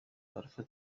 alpha